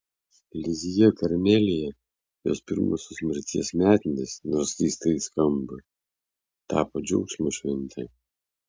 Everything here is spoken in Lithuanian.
lizjė karmelyje jos pirmosios mirties metinės nors keistai skamba tapo džiaugsmo švente